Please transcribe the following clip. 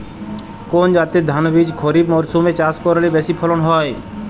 কোন জাতের ধানবীজ খরিপ মরসুম এ চাষ করলে বেশি ফলন হয়?